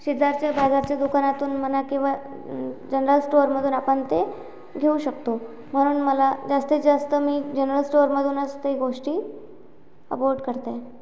शेजारच्या बाजारच्या दुकानातून म्हणा किंवा जनरल स्टोअरमधून आपण ते घेऊ शकतो म्हणून मला जास्तीत जास्त मी जनरल स्टोअरमधूनच त्या गोष्टी अपोर्ट करते